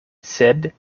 sed